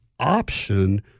option